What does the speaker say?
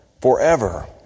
forever